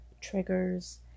triggers